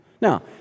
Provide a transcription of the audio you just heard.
Now